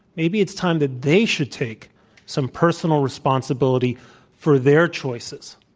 maybe it's time that they should take some personal responsibility for their choices.